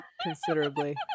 considerably